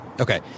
okay